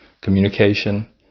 communication